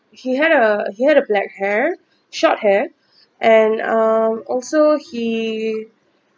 he had a he had a black hair short hair and um also he